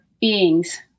beings